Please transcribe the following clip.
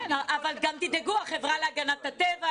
‏ החברה להגנת הטבע,